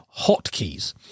hotkeys